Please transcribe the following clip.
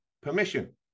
permission